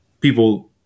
people